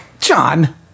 John